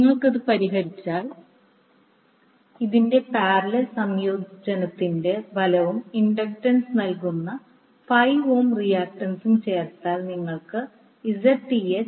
നിങ്ങൾ ഇത് പരിഹരിച്ചാൽ ഇതിന്റെ പാരലൽ സംയോജനതിൻറെ ഫലവും ഇൻഡക്റ്റൻസ് നൽകുന്ന j 5 ഓം റിയാക്ടൻസും ചേർത്താൽ നിങ്ങൾക്ക് Zth 2